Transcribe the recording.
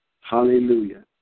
Hallelujah